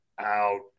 out